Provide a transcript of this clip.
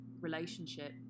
relationship